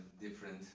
different